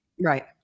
Right